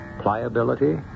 Pliability